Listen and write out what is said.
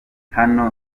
hano